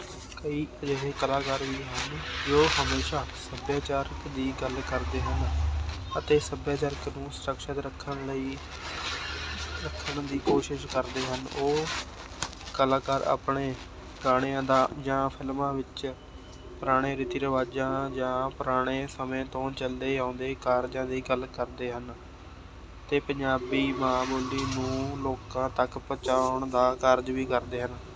ਕਈ ਅਜਿਹੇ ਕਲਾਕਾਰ ਹੁੰਦੇ ਹਨ ਜੋ ਹਮੇਸ਼ਾ ਸੱਭਿਆਚਾਰਕ ਦੀ ਗੱਲ ਕਰਦੇ ਹਨ ਅਤੇ ਸੱਭਿਆਚਾਰਕ ਨੂੰ ਸੁਰਕਸ਼ਿਤ ਰੱਖਣ ਲਈ ਰੱਖਣ ਦੀ ਕੋਸ਼ਿਸ਼ ਕਰਦੇ ਹਨ ਉਹ ਕਲਾਕਾਰ ਆਪਣੇ ਗਾਣਿਆ ਦਾ ਜਾਂ ਫਿਲਮਾਂ ਵਿੱਚ ਪੁਰਾਣੇ ਰੀਤੀ ਰਿਵਾਜਾਂ ਜਾਂ ਪੁਰਾਣੇ ਸਮੇਂ ਤੋਂ ਚਲਦੇ ਆਉਂਦੇ ਕਾਰਜਾਂ ਦੀ ਗੱਲ ਕਰਦੇ ਹਨ ਅਤੇ ਪੰਜਾਬੀ ਮਾਂ ਬੋਲੀ ਨੂੰ ਲੋਕਾਂ ਤੱਕ ਪਹੁੰਚਾਉਣ ਦਾ ਕਾਰਜ ਵੀ ਕਰਦੇ ਹਨ